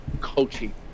coaching